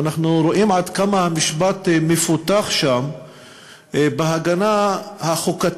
ואנחנו רואים עד כמה המשפט שם מפותח בהגנה החוקתית